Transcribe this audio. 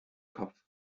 kopf